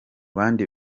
bandi